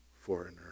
foreigner